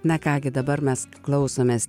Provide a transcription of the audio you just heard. na ką gi dabar mes klausomės